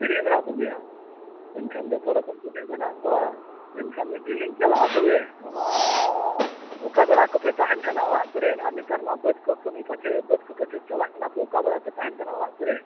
ᱵᱷᱤᱲᱤ ᱦᱚᱸ ᱢᱮᱱᱟᱜ ᱠᱚᱜᱮᱭᱟ ᱢᱮᱱᱠᱷᱟᱱ ᱡᱚᱛᱚ ᱨᱚᱠᱚᱢ ᱠᱚᱜᱮ ᱢᱮᱱᱟᱜ ᱠᱚᱣᱟ ᱢᱮᱱᱠᱷᱟᱱ ᱢᱤᱫ ᱫᱤᱱ ᱞᱤᱧ ᱪᱟᱞᱟᱜᱼᱟ ᱛᱚᱵᱮ ᱚᱱᱟ ᱚᱠᱟ ᱵᱮᱲᱟ ᱠᱚᱯᱮ ᱛᱟᱦᱮᱱ ᱠᱟᱱᱟ ᱚᱲᱟᱜ ᱠᱚᱨᱮᱜ ᱟᱨ ᱱᱮᱛᱟᱨ ᱢᱟ ᱵᱟᱹᱫᱽ ᱠᱚ ᱠᱟᱹᱢᱤ ᱯᱟᱪᱮᱫ ᱵᱟᱹᱫᱽ ᱠᱚ ᱯᱟᱪᱮᱫ ᱪᱟᱞᱟᱜ ᱠᱟᱱᱟ ᱚᱠᱟ ᱫᱷᱟᱨᱟ ᱯᱮ ᱛᱟᱦᱮᱱ ᱠᱟᱱᱟ ᱚᱲᱟᱜ ᱠᱚᱨᱮᱜ